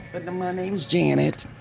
but and my name's janet.